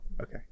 Okay